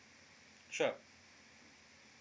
sure